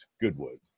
Goodwood